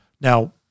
Now